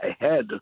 ahead